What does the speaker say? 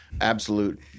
absolute